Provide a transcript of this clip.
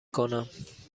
کنم